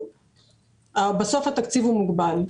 בסוף התקציב הוא מוגבל.